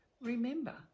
remember